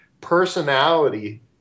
personality